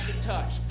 touch